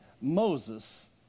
Moses